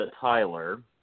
Tyler